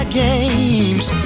games